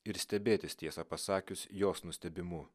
ir stebėtis tiesą pasakius jos nustebimu